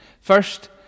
First